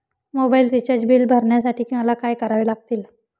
Mobile recharge bill भरण्यासाठी मला काय करावे लागेल?